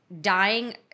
dying